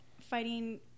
fighting